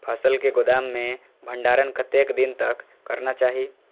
फसल के गोदाम में भंडारण कतेक दिन तक करना चाही?